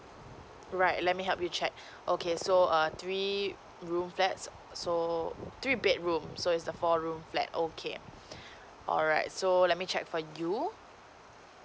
right let me help you check okay so err three room flat so three bedrooms so it's a four room flat okay alright so let me check for you